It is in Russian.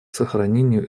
сохранению